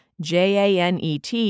JANET